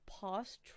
past